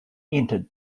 entered